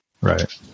Right